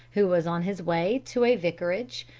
who was on his way to a vicarage,